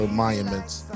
monuments